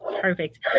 Perfect